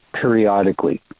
periodically